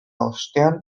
ostean